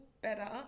better